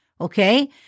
okay